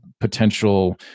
potential